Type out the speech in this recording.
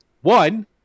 One